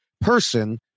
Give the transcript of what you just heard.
person